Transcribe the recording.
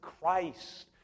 Christ